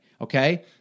okay